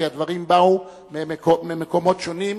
כי הדברים באו ממקומות שונים,